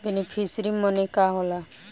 Beneficiary मने का होला?